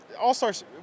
All-Stars